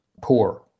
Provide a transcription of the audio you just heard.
poor